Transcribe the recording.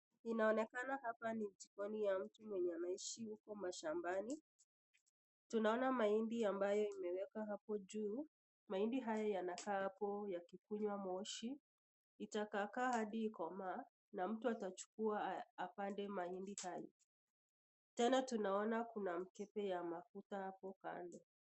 Inaonekana hapa nijikoni ya mtu mwenye anaishi huko mashambani, tunaona mahindi ambaye imewekwa hapo juu mahindi haya yanakaa hapo kuyanywa moshi yatakaa hadi ikomaa, na mtu atachukua tena tunaona kuna mkebe ya mafuta hapo.